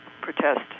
protest